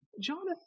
Jonathan